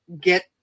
get